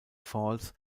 falls